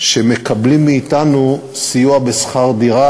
שמקבלות מאתנו סיוע בשכר דירה,